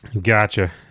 Gotcha